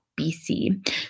bc